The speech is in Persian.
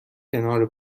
کنار